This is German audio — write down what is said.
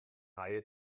reihe